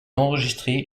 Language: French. enregistré